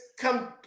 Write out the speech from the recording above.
come